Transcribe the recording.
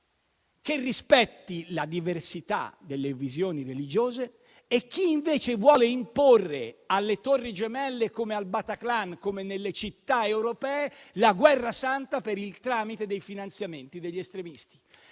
che rispetti la diversità delle visioni religiose e chi invece vuole imporre, alle Torri Gemelle come al Bataclan, come nelle città europee, la guerra santa per il tramite dei finanziamenti degli estremisti.